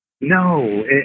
No